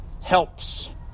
helps